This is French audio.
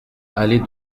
allée